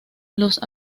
los